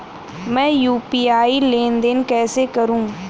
मैं यू.पी.आई लेनदेन कैसे करूँ?